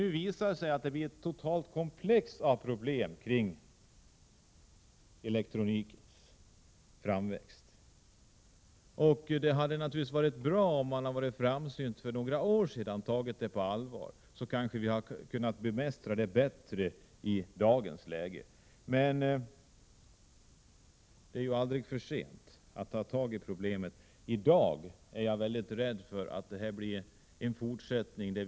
Nu visar det sig att det finns ett 16 mars 1988 helt komplex av problem kring elektronikens framväxt. Det hade naturligtvis varit bra om man för några år sedan hade varit framsynt nog att ta den frågan på allvar. Då hade vi kanske bättre kunnat bemästra problemen i dagens läge. Det är aldrig för sent att ta tag i problemen, men jag är rädd för att vi nu inte på många år kommer att klara dem.